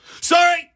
sorry